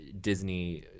Disney